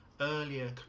earlier